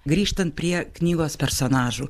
grįžtant prie knygos personažų